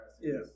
yes